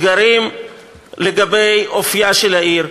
אתגרים לגבי אופייה של העיר.